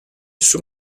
suo